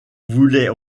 voulait